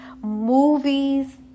movies